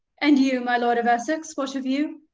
and you, my lord of essex? what of you?